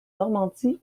normandie